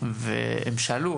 והם שאלו,